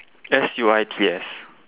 S U I T S